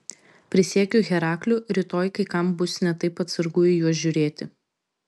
prisiekiu herakliu rytoj kai kam bus ne taip atsargu į juos žiūrėti